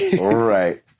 Right